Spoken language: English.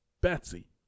Betsy